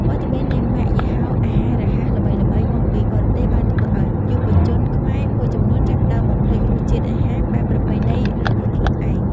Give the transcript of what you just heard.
វត្តមាននៃម៉ាកយីហោអាហាររហ័សល្បីៗមកពីបរទេសបានធ្វើឲ្យយុវជនខ្មែរមួយចំនួនចាប់ផ្តើមបំភ្លេចរសជាតិអាហារបែបប្រពៃណីរបស់ខ្លួនឯង។